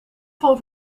van